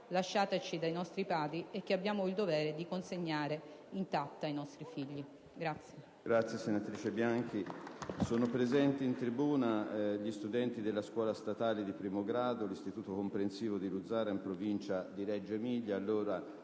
lasciataci dai nostri padri e che abbiamo il dovere di consegnare intatta ai nostri figli.